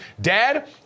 Dad